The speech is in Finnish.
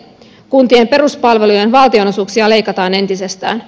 kuntien peruspalvelujen valtionosuuksia leikataan entisestään